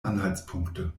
anhaltspunkte